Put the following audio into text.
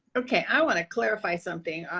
okay. i wanna clarify something.